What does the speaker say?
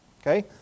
Okay